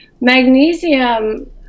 magnesium